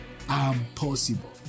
impossible